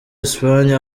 espagne